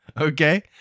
Okay